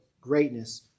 greatness